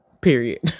period